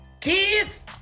Kids